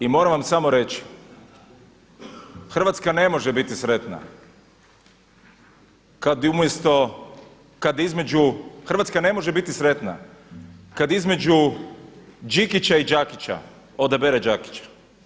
I moram vam samo reći Hrvatska ne može biti sretna kad umjesto, kad između, Hrvatska ne može biti sretna kad umjesto Đikića i Đakića odabere Đakića.